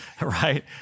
right